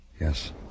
Yes